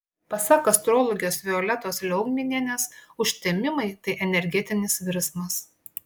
pasak astrologės violetos liaugminienės užtemimai tai energetinis virsmas